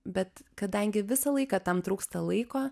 bet kadangi visą laiką tam trūksta laiko